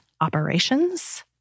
operations